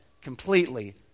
completely